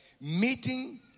Meeting